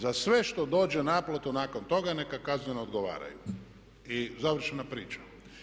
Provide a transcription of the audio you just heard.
Za sve što dođe na naplatu nakon toga neka kazneno odgovaraju i završena priča.